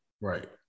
Right